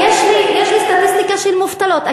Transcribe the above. יש לי סטטיסטיקה של מובטלות.